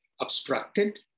obstructed